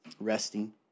resting